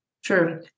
Sure